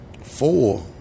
four